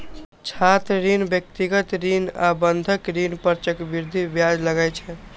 छात्र ऋण, व्यक्तिगत ऋण आ बंधक ऋण पर चक्रवृद्धि ब्याज लागै छै